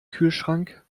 kühlschrank